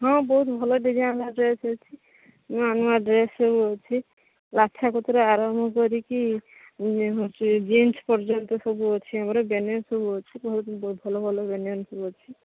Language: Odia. ହଁ ବହୁତ ଭଲ ଡିଜାଇନ୍ର ଡ୍ରେସ୍ ଅଛି ନୂଆ ନୂଆ ଡ୍ରେସ୍ ସବୁ ଅଛି ଗାମୁଛା ପତ୍ରରୁ ଆରମ୍ଭ କରିକି ହେଉଛି ଜିନ୍ସ ପର୍ଯ୍ୟନ୍ତ ସବୁ ଅଛି ଆମର ବେନିୟନ ସବୁ ଅଛି ବହୁତ ଭଲ ଭଲ ବେନିୟନ ସବୁ ଅଛି